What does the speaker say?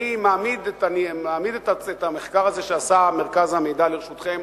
אני מעמיד את המחקר הזה שעשה מרכז המידע לרשותכם.